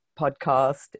podcast